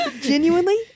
genuinely